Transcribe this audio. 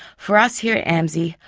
for us here at amsi,